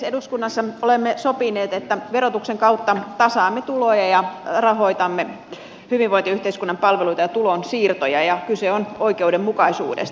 eduskunnassa olemme sopineet että verotuksen kautta tasaamme tuloja ja rahoitamme hyvinvointiyhteiskunnan palveluita ja tulonsiirtoja ja kyse on oikeudenmukaisuudesta